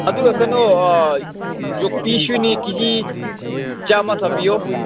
ꯑꯗꯨꯒ ꯀꯩꯅꯣ ꯌꯣꯠꯄꯤꯁꯨꯅꯤ ꯀꯤ ꯖꯤ ꯆꯥꯝꯃ ꯊꯥꯕꯤꯌꯣ